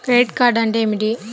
Credit card అంటే ఏమిటి?